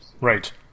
right